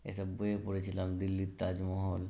এসব বইয়ে পড়েছিলাম দিল্লির তাজমহল